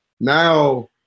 Now